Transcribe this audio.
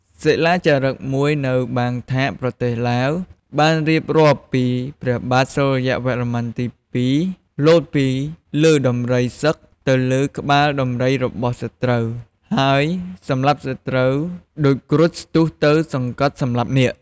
សិលាចារឹកមួយនៅបាងថាក ប្រទេសឡាវ បានរៀបរាប់ពីព្រះបាទសូរ្យវរ្ម័នទី២ លោតពីលើដំរីសឹកទៅលើក្បាលដំរីរបស់សត្រូវ ហើយសម្លាប់សត្រូវដូចគ្រុឌស្ទុះទៅសង្កត់សម្លាប់នាគ។